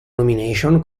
nomination